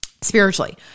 spiritually